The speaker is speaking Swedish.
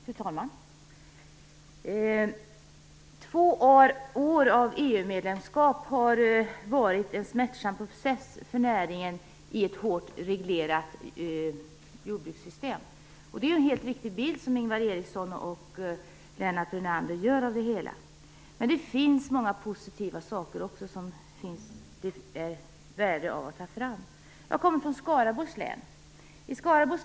Fru talman! Två år av EU-medlemskap har varit en smärtsam process för näringen i ett hårt reglerat jordbruksssystem. Det är en helt riktig bild som Ingvar Eriksson och Lennart Brunander målar upp av det hela. Men det finns också många positiva saker som är värdefulla. Jag kommer från Skaraborgs län.